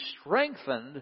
strengthened